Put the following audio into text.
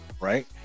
right